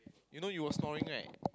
you know you were snoring right